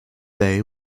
bay